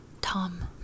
Tom